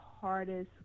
hardest